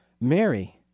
Mary